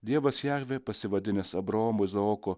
dievas davė pasivadinęs abraomu izaoku